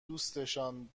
دوستشان